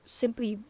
simply